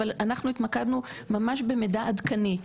אבל אנחנו התמקדנו ממש במידע עדכני.